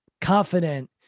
confident